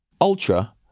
Ultra